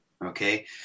okay